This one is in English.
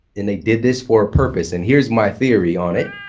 and they did this for a purpose, and here's my theory on it.